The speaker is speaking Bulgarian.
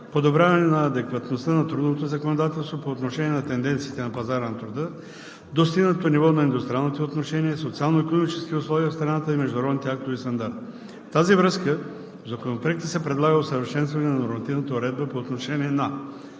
подобряване на адекватността на трудовото законодателство по отношение на тенденциите на пазара на труда, достигнатото ниво на индустриалните отношения, социално-икономическите условия в страната и международните актове и стандарти. В тази връзка в Законопроекта се предлага усъвършенстване на нормативната уредба по отношение на: